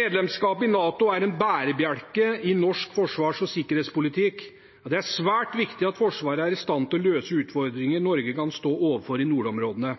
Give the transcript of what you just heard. Medlemskapet i NATO er en bærebjelke i norsk forsvars- og sikkerhetspolitikk, og det er svært viktig at Forsvaret er i stand til å løse utfordringer Norge kan stå overfor i nordområdene.